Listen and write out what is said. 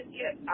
yes